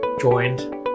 joined